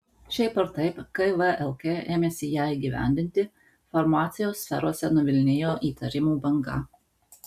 šiaip ar taip kai vlk ėmėsi ją įgyvendinti farmacijos sferose nuvilnijo įtarimų banga